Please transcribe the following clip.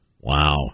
Wow